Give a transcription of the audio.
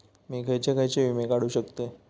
मी खयचे खयचे विमे काढू शकतय?